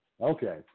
Okay